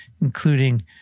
including